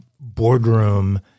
boardroom